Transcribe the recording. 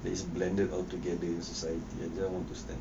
like is blended altogether in society I just want to stand out